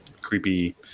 creepy